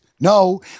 No